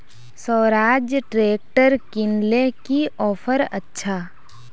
Swaraj tractor किनले की offer अच्छा?